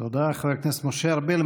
תודה, חבר הכנסת משה ארבל.